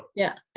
yeah.